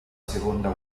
seconda